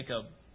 Jacob